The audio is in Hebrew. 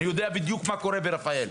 אני יודע בדיוק מה קורה ברפאל.